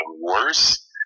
worse